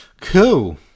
Cool